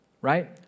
Right